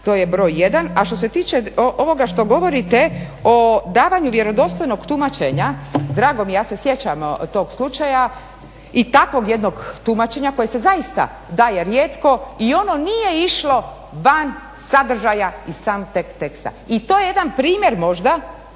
to je broj jedan. A što se tiče ovoga što govorite o davanju vjerodostojnog tumačenja, drago mi je, ja se sjećam tog slučaja i takvog jednog tumačenja koje se zaista daje rijetko i ono nije išlo van sadržaja i samog teksta i to je jedan primjer možda